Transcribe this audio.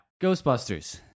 Ghostbusters